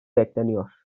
bekleniyor